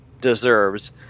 deserves